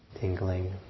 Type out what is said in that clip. tingling